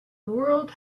world